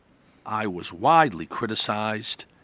i was widely criticised,